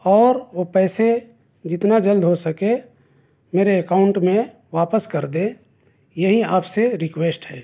اور وہ پیسے جتنا جلد ہو سکے میرے اکاونٹ میں واپس کر دیں یہی آپ سے رکویسٹ ہے